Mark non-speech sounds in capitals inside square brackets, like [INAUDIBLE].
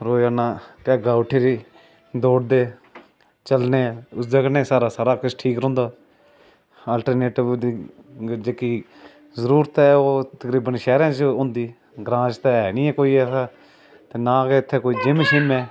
रोज जाना [UNINTELLIGIBLE] दौड़दे चलने ओह्दे कन्नै सारा किछ ठीक रौंदा अल्टरनेटिव दी जेह्डी जरूरत ऐ ओह् शैह्रैं च पौंदी ग्रां च ते ऐ गै नीं ऐ कोई ऐसा ना गै इत्थैं कोई जिम शिम ऐ